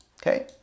Okay